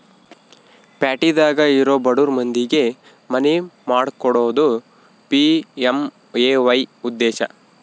ಪ್ಯಾಟಿದಾಗ ಇರೊ ಬಡುರ್ ಮಂದಿಗೆ ಮನಿ ಮಾಡ್ಕೊಕೊಡೋದು ಪಿ.ಎಮ್.ಎ.ವೈ ಉದ್ದೇಶ